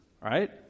right